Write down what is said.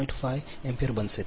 5° ampere બનશે